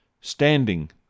standing